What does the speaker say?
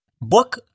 Book